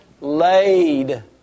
laid